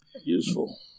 Useful